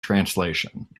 translation